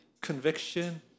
conviction